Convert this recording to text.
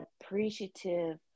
appreciative